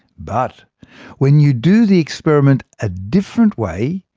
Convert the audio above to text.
but when you do the experiment a different way,